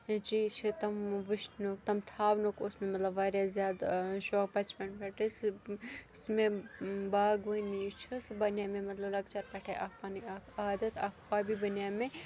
چیٖز چھِ تِم وُچھنُک تِم تھاونُک اوس مےٚ مطلب واریاہ زیادٕ شوق بَچپَن پٮ۪ٹھ ٲسۍ یُس مےٚ باغوٲنۍ چھُ سُہ بنے مےٚ مطلب لۄکچار پٮ۪ٹھَے اَکھ پَںٕںۍ اَکھ عادت اَکھ ہابی بنے مےٚ